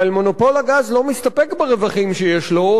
אבל מונופול הגז לא מסתפק ברווחים שיש לו,